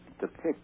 depict